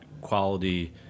quality